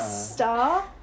Star